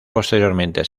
posteriormente